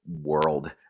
world